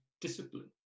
discipline